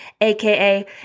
AKA